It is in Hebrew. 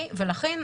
ולכן,